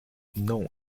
known